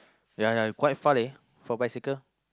ya ya quite far leh for bicycle